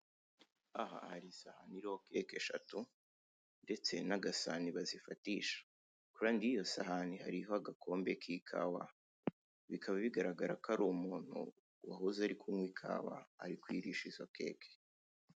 Aha hari isahani iriho keke eshatu, ndetse n'agasani bazifatisha. Iruhande rw'iyo sahani hariho agakombe k'ikawa bikaba bigaragara ko ari umuntu wahoze ari kunywa ikawa, ari kuyirisha izo keke.